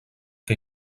que